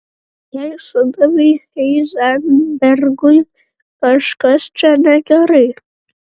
jei sudavei heizenbergui kažkas čia negerai